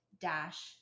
dash